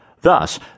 Thus